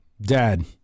Dad